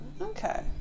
Okay